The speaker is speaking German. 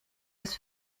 das